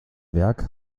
werk